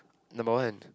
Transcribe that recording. number one